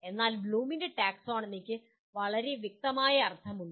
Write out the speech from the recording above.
എന്നാൽ ബ്ലൂമിന്റെ ടാക്സോണമിക്ക് വളരെ വ്യക്തമായ അർത്ഥമുണ്ട്